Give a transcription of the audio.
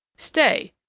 stay!